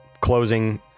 closing